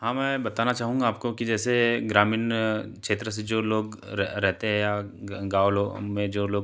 हाँ मैं बताना चाहूँगा आपको कि जैसे ग्रामीन क्षेत्र से जो लोग रहते हैं या गाँव लोग में जो लोग